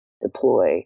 deploy